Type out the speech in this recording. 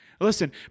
Listen